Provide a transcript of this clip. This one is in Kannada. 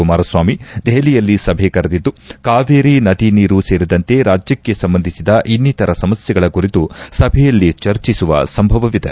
ಕುಮಾರಸ್ವಾಮಿ ದೆಹಲಿಯಲ್ಲಿ ಸಭೆ ಕರೆದಿದ್ದು ಕಾವೇರಿ ನದಿ ನೀರು ಸೇರಿದಂತೆ ರಾಜ್ಯಕ್ಷೆ ಸಂಬಂಧಿಸಿದ ಇನ್ನಿತರ ಸಮಸ್ಥೆಗಳ ಕುರಿತು ಸಭೆಯಲ್ಲಿ ಚರ್ಚಿಸುವ ಸಂಭವವಿದೆ